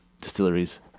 distilleries